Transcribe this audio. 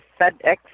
FedEx